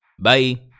Bye